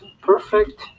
perfect